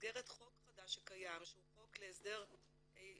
במסגרת חוק חדש שקיים שהוא חוק להסדר סכסוכים